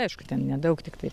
aišku ten nedaug tiktai